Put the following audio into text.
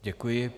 Děkuji.